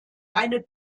eine